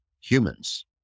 humans